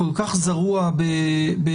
5,000 שקל.